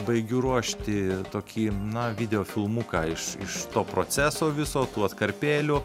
baigiu ruošti tokį na videofilmuką iš iš to proceso viso tų atkarpėlių